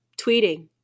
tweeting